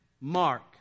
Mark